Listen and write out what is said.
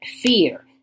fear